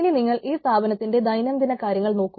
ഇനി നിങ്ങൾ ഒരു സ്ഥാപനത്തിൻറെ ദൈനം ദിന കാര്യങ്ങൾ നോക്കൂ